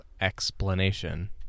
explanation